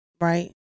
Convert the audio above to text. right